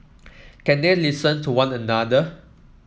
can they listen to one another